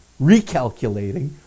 recalculating